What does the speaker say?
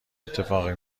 اتفاقی